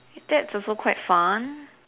that's also quite fun